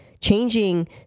changing